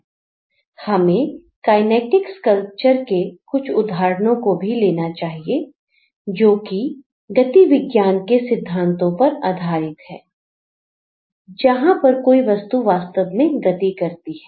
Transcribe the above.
हमें kinetic sculpture के कुछ उदाहरणों को भी लेना चाहिए जोकि गति विज्ञान के सिद्धांतों पर आधारित है जहां पर कोई वस्तु वास्तव में गति करती है